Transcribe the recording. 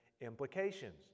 implications